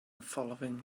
following